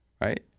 Right